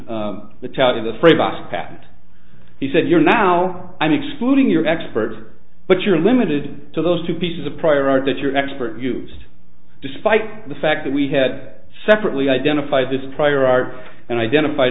me the tell you the free box patent he said you're now i'm excluding your expert but you're limited to those two pieces of prior art that your expert used despite the fact that we had separately identified this prior art and identified